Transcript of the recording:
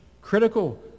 Critical